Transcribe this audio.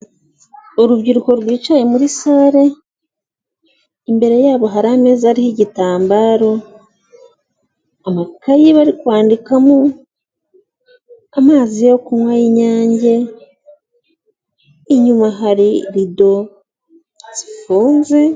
Urubyiruko rwicaye muri sare, imbere yabo hari ameza ariho igitambaro amakayi bari kwandika mo amazi yo kunywa y'Inyange, inyuma hari rido zifunze.